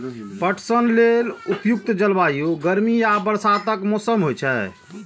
पटसन लेल उपयुक्त जलवायु गर्मी आ बरसातक मौसम होइ छै